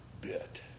bit